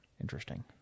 Interesting